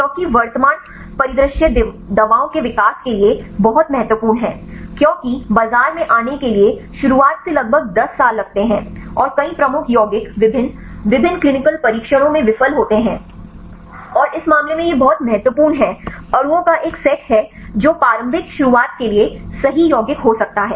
क्योंकि वर्तमान परिदृश्य दवाओं के विकास के लिए बहुत महत्वपूर्ण है क्योंकि बाजार में आने के लिए शुरुआत से लगभग 10 साल लगते हैं और कई प्रमुख यौगिक विभिन्न विभिन्न क्लीनिकल परीक्षणों में विफल होते हैं और इस मामले में यह बहुत महत्वपूर्ण है अणुओं का एक सेट है जो प्रारंभिक शुरुआत के लिए सही यौगिक हो सकता है